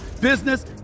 business